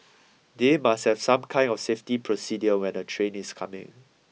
they must have some kind of safety procedure when a train is coming